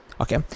okay